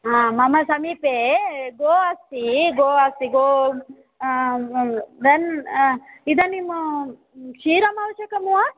हा मम समीपे गो अस्ति गो इदानीमु क्षीरम् अवश्यकं वा